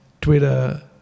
Twitter